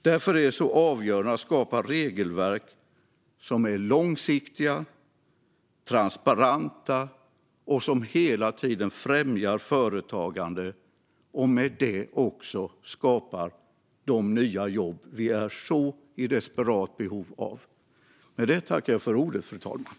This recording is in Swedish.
Därför är det så avgörande att skapa regelverk som är långsiktiga och transparenta och som hela tiden främjar företagande och med det också skapar de nya jobb som vi är i så desperat behov av.